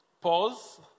pause